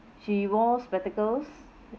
she wore spectacles